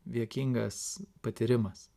dėkingas patyrimas